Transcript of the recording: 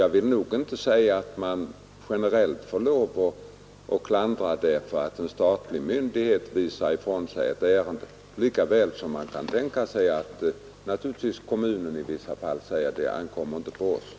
Jag vill säga att man inte generellt kan klandra en statlig myndighet för att den visar ifrån sig ett ärende. Lika väl kan man naturligtvis tänka sig att kommunen ibland måste säga att ”det ankommer inte på oss”.